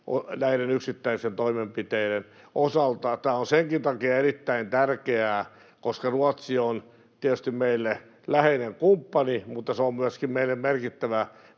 näiden yksittäisten toimenpiteiden osalta. Tämä on senkin takia erittäin tärkeää, että Ruotsi on tietysti meille läheinen kumppani, mutta se on meille myöskin merkittävä